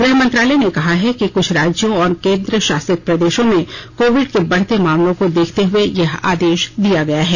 गृह मंत्रालय ने कहा है कि कुछ राज्यों और केन्द्र शासित प्रदेशों में कोविड के बढ़ते मामलों को देखते हुए यह आदेश दिये गये हैं